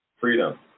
Freedom